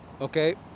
Okay